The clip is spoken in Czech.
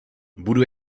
budu